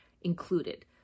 included